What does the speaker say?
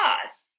cause